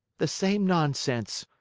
the same nonsense.